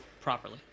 properly